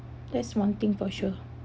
that's one thing for sure